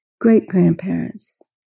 great-grandparents